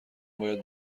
باید